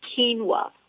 quinoa